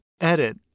Edit